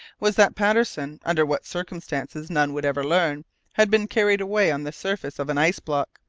was that patterson under what circumstances none would ever learn had been carried away on the surface of an ice-block,